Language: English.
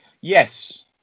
yes